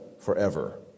forever